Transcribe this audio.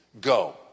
go